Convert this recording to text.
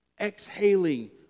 Exhaling